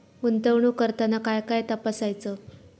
गुंतवणूक करताना काय काय तपासायच?